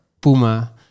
Puma